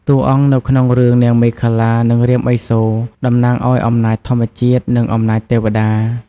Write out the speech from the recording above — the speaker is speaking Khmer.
តួអង្គនៅក្នុងរឿងនាងមេខលា និងរាមឥសូរ តំណាងឱ្យអំណាចធម្មជាតិ និងអំណាចទេវតា។